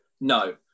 no